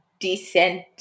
decent